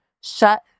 shut